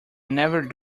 never